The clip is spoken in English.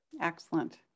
Excellent